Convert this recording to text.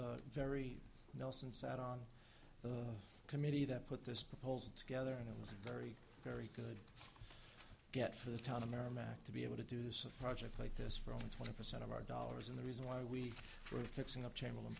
was very nelson sat on the committee that put this proposal together and it was a very very good get for the town america back to be able to do this project like this for over twenty percent of our dollars and the reason why we were fixing up chamberlain